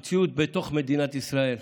המציאות בתוך מדינת ישראל,